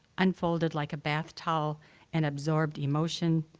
unfolded like a bath towel and absorbed emotion,